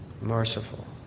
Merciful